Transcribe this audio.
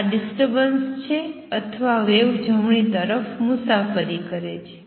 આ ડિસ્ટર્બન્સ છે અથવા વેવ જમણી તરફ મુસાફરી કરે છે